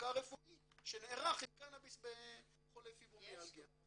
מחקר רפואי שנערך עם קנאביס בחולי פיברומיאלגיה.